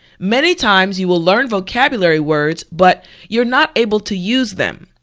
many times you will learn vocabulary words but you're not able to use them.